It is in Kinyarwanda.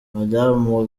madamu